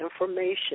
information